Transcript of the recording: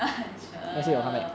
(uh huh) sure